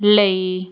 ਲਈ